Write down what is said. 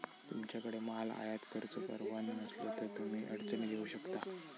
तुमच्याकडे माल आयात करुचो परवाना नसलो तर तुम्ही अडचणीत येऊ शकता